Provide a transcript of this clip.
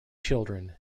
children